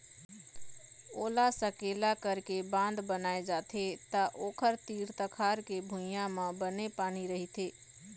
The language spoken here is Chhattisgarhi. ओला सकेला करके बांध बनाए जाथे त ओखर तीर तखार के भुइंया म बने पानी रहिथे